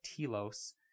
telos